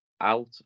Out